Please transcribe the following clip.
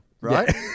right